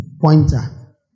pointer